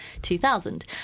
2000